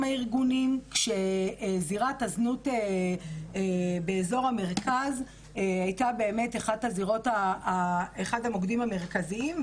הארגונים כשזירת הזנות באזור המרכז הייתה אחד המוקדים המרכזיים,